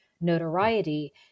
notoriety